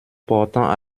portant